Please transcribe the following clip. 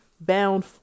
bound